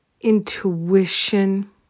intuition